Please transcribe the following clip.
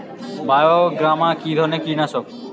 বায়োগ্রামা কিধরনের কীটনাশক?